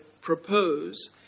propose